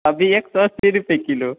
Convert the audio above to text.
अभी एक सौ अस्सी रुपये किलो